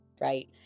Right